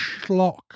schlock